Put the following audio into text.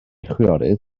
chwiorydd